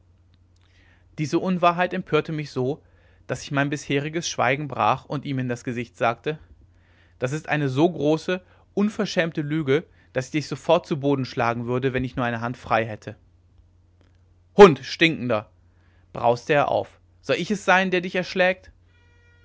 diese unwahrheit empörte mich so daß ich mein bisheriges schweigen brach und ihm in das gesicht sagte das ist eine so große unverschämte lüge daß ich dich sofort zu boden schlagen würde wenn ich nur eine hand frei hätte hund stinkender brauste er auf soll ich es sein der dich erschlägt